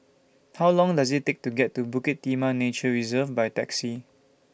How Long Does IT Take to get to Bukit Timah Nature Reserve By Taxi